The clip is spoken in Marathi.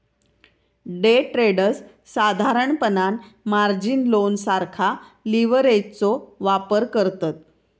डे ट्रेडर्स साधारणपणान मार्जिन लोन सारखा लीव्हरेजचो वापर करतत